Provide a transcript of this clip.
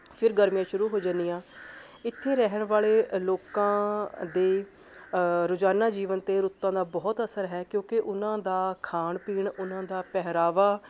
ਫਿਰ ਗਰਮੀਆਂ ਸ਼ੁਰੂ ਹੋ ਜਾਂਦੀਆਂ ਇੱਥੇ ਰਹਿਣ ਵਾਲੇ ਲੋਕਾਂ ਦੇ ਰੋਜ਼ਾਨਾ ਜੀਵਨ 'ਤੇ ਰੁੱਤਾਂ ਦਾ ਬਹੁਤ ਅਸਰ ਹੈ ਕਿਉਂਕਿ ਉਹਨਾਂ ਦਾ ਖਾਣ ਪੀਣ ਉਹਨਾਂ ਦਾ ਪਹਿਰਾਵਾ